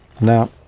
Now